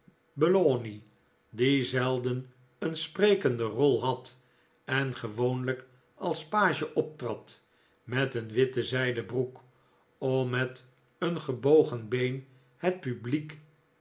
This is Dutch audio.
belawney die zelden een sprekende rol had en gewoonlijk als page optrad met een witte zij den broek om met een gebogen been het publiek